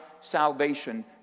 salvation